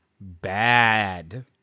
bad